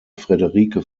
friederike